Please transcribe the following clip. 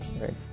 right